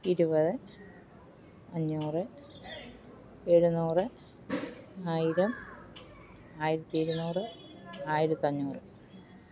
ഇരുപത് അഞ്ഞൂറ് എഴുന്നൂറ് ആയിരം ആയിരത്തിയിരുന്നൂറ് ആയിരത്തഞ്ഞൂറ്